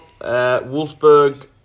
Wolfsburg